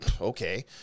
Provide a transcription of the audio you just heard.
Okay